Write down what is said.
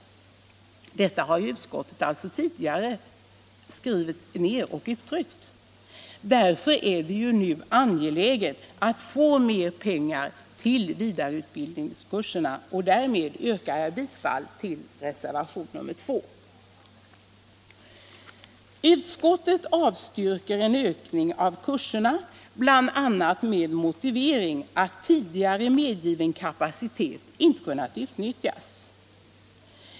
Detta har utskottet tidigare skrivit ned. Därför är det nu angeläget att få mer pengar till vidareutbildningskurserna. Utskottet avstyrker en ökning av antalet kurser bl.a. med motivering att tidigare medgiven kapacitet inte kunnat utnyttjas.